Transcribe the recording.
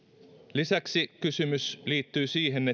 lisäksi kysymys liittyy siihen